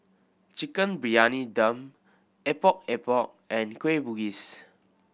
Chicken Briyani Dum Epok Epok and Kueh Bugis